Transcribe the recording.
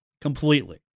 completely